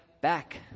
back